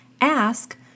ask